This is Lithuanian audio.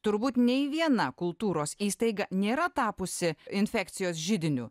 turbūt nei viena kultūros įstaiga nėra tapusi infekcijos židiniu